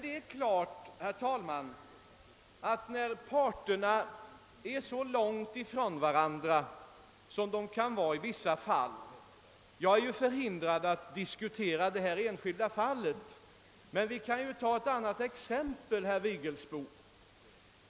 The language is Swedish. Det kan dock förekomma fall där parternas uppfattningar ligger mycket långt ifrån varandra. Jag är förhindrad att diskutera detta enskilda fall, herr Vigelsbo, men vi kan ta ett annat exempel.